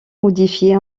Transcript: modifié